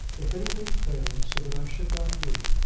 if anything fails, so that i should not hear,